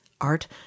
art